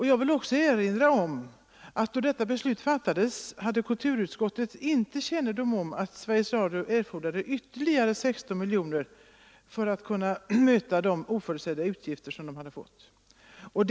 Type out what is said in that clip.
Jag vill också erinra om att kulturutskottet, då detta beslut fattades, inte hade kännedom om att Sveriges Radio behövde ytterligare 16 miljoner kronor för att kunna möta de oförutsedda utgifter som hade uppkommit.